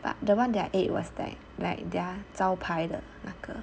but the [one] that I ate was that like their 招牌的那个